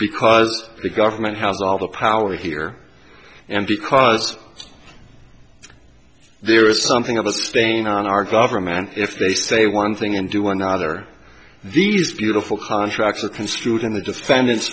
because the government has all the power here and because there is something of a stain on our government if they say one thing and do another these beautiful contracts are construed and the defendant